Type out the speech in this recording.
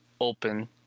open